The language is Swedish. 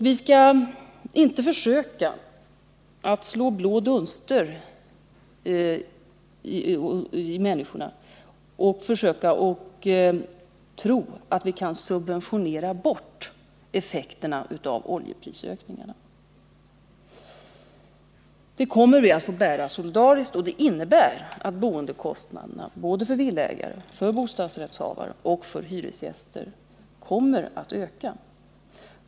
Vi skall inte försöka att slå blå dunster i ögonen på människorna genom att ge intryck av att effekterna av oljeprisökningarna kan subventioneras bort. Dessa effekter kommer vi att få bära solidariskt, och det innebär att boendekostnaderna för villaägare, för bostadsrättshavare och för hyresgäster kommer att öka.